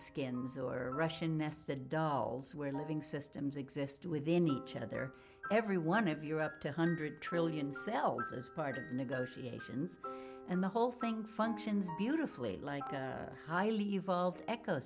skins or russian nested dolls where living systems exist within each other every one of you up to hundred trillion cells as part of negotiations and the whole thing functions beautifully like a highly evolved ec